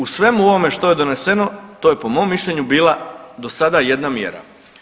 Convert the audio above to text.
U svemu ovome što je doneseno, to je po mom mišljenju bila do sada jedna mjera.